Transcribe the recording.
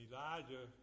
Elijah